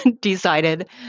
decided